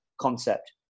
concept